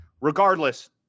regardless